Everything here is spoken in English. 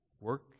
work